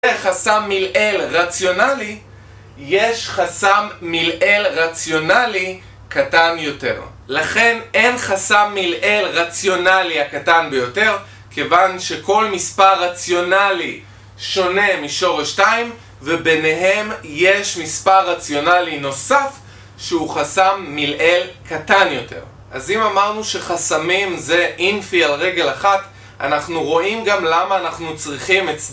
חסם מלעיל רציונלי, יש חסם מלעיל רציונלי קטן יותר לכן אין חסם מלעיל רציונלי הקטן ביותר כיוון שכל מספר רציונלי שונה משורש 2 וביניהם יש מספר רציונלי נוסף שהוא חסם מלעיל קטן יותר. אז אם אמרנו שחסמים זה אינפי על רגל אחת, אנחנו רואים גם למה אנחנו צריכים את זה.